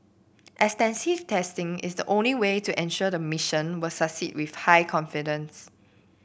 extensive testing is the only way to ensure the mission will succeed with high confidence